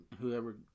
whoever